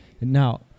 Now